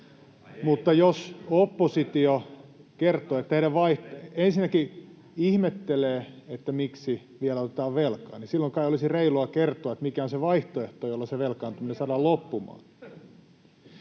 mutta ensinnäkin jos oppositio ihmettelee, miksi vielä otetaan velkaa, niin silloin kai olisi reilua kertoa, mikä on se vaihtoehto, jolla se velkaantuminen saadaan loppumaan.